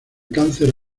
cáncer